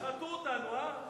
שישחטו אותנו, הא?